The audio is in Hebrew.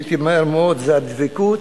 שגיליתי מהר מאוד זה הדבקות